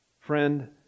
Friend